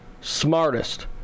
smartest